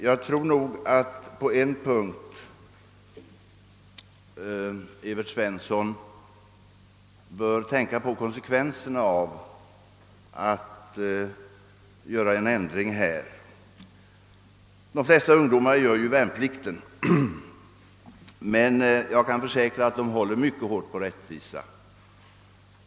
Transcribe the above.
På en punkt bör herr Evert Svensson nog tänka på konsekvenserna av en ändring. De flesta ungdomar gör värnplikten, men jag kan försäkra att de håller mycket hårt på rättvisan.